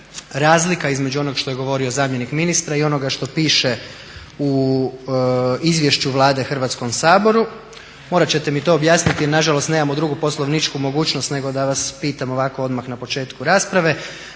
razlika između onog što je govorio zamjenik ministra i onoga što piše u Izvješću Vlade Hrvatskom saboru. Morat ćete mi to objasniti jer nažalost nemamo drugu poslovničku mogućnost nego da vas pitam ovako odmah na početku rasprave.